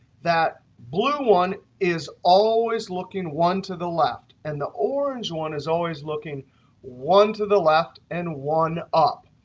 that blue one is always looking one to the left. and the orange one is always looking one to the left and one up.